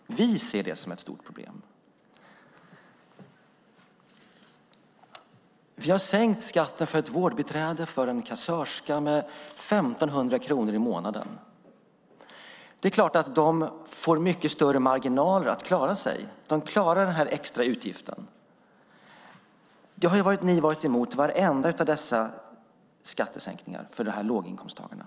Vi ser det som ett stort problem. Vi har sänkt skatten för vårdbiträden och kassörskor med 1 500 kronor i månaden. Det är klart att de får mycket större marginaler att klara sig. De klarar en extra utgift. Ni har varit emot varenda en av dessa skattesänkningar för låginkomsttagarna.